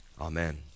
Amen